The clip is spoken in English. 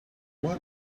what